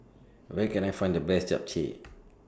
Where Can I Find The Best Japchae